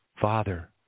Father